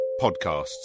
podcasts